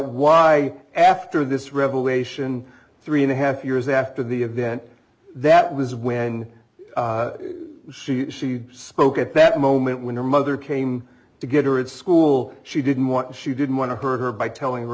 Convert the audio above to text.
why after this revelation three and a half years after the event that was when she spoke at that moment when her mother came to get her at school she didn't want to she didn't want to hurt her by telling her